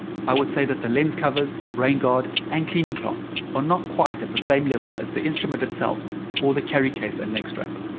i would say that the lens covers, rain-guard, and cleaning cloth are not quite at the same level as the instrument itself or the carry case and neck strap.